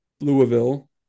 Louisville